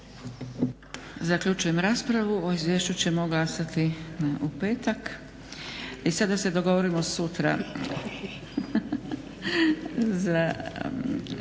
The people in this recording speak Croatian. Zaključujem raspravu. O izvješću ćemo glasati u petak. I sada da se dogovorimo sutra za,